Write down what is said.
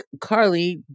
Carly